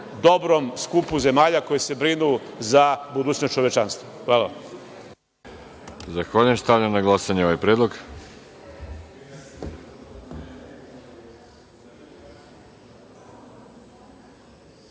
dobrom skupu zemalja koje se brinu za budućnost čovečanstva. Hvala.